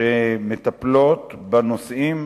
שמטפלות בנושאים,